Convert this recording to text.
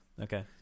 Okay